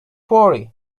worry